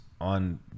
on